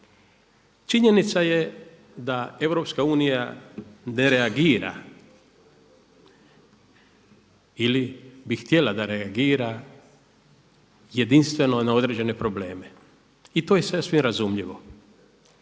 Činjenica je da EU ne reagira ili bi htjela da reagira jedinstveno na određene probleme i to je sve razumljivo,